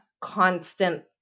constant